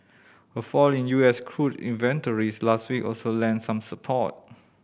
a fall in U S crude inventories last week also lent some support